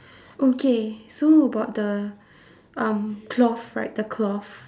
okay so about the um cloth right the cloth